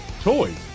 toys